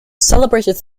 celebrated